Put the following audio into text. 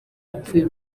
hapfuye